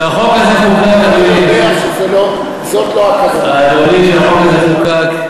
אדוני סגן שר האוצר, כשהחוק הזה חוקק,